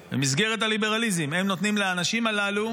כן, במסגרת הליברליזם, הם נותנים לאנשים הללו